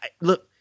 look